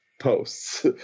posts